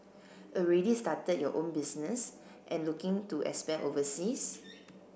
already started your own business and looking to expand overseas